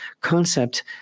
concept